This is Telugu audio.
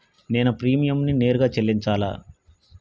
నేను ప్రీమియంని నేరుగా చెల్లించాలా?